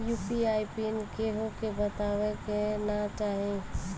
UPI pin केहू के बतावे के ना चाही